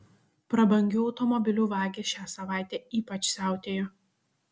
prabangių automobilių vagys šią savaitę ypač siautėjo